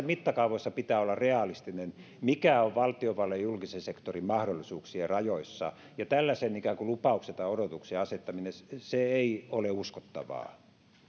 mittakaavoissa pitää olla realistinen siinä mikä on valtiovallan ja julkisen sektorin mahdollisuuksien rajoissa ja tällaisen ikään kuin lupauksen tai odotuksen asettaminen ei ole uskottavaa